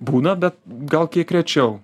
būna bet gal kiek rečiau